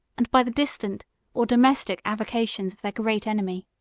and by the distant or domestic avocations of their great enemy.